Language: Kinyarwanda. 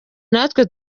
natwe